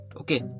okay